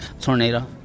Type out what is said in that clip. tornado